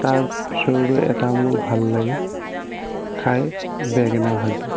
তাৰপিছৰটো এটা মোৰ ভাল লাগে খাই বেঙেনা ভাজি